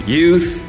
youth